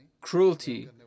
cruelty